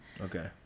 Okay